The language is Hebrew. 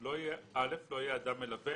לא יהיה אדם מלווה,